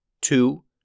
Two